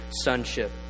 sonship